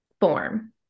form